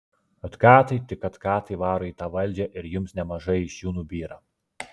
atkatai tik atkatai varo į tą valdžią ir jums nemažai iš jų nubyra